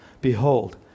behold